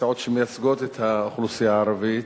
מהסיעות שמייצגות את האוכלוסייה הערבית,